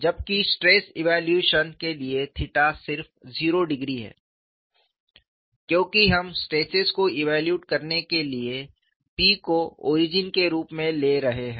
जबकि stress evaluation के लिए थीटा सिर्फ 0 डिग्री है क्योंकि हम स्ट्रेस्सेस को इव्यालूएट करने के लिए P को ओरिजिन के रूप में ले रहे हैं